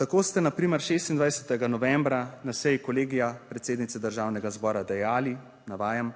Tako ste na primer 26. novembra na seji Kolegija predsednice Državnega zbora dejali, navajam: